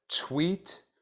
tweet